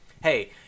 hey